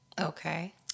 Okay